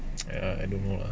!aiya! I don't know lah